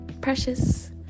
Precious